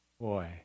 boy